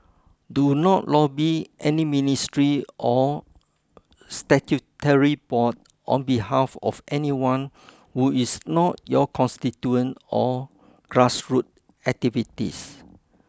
do not lobby any ministry or statutory board on behalf of anyone who is not your constituent or grassroot activities